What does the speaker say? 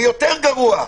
ויותר גרוע,